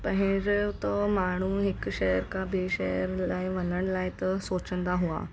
पहिरियों त माण्हूं हिकु शहर खां ॿिए शहर इलाही वञण लाइ त सोचींदा हुआ